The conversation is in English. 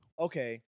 Okay